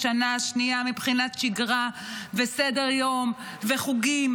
את השנה השנייה מבחינת שגרה וסדר-יום וחוגים?